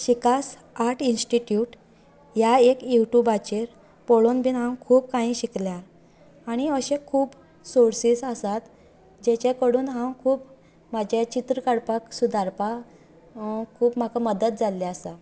शिकास art institute ह्या एक युट्यूबाचेर पळोवन बीन हांव खूब काही शिकले आणी अशे खूब सोर्सीज आसात जे जे कडून हांव खूब म्हाजे चित्र काडपाक सुदारपाक खूब म्हाका मदत जाल्ली आसा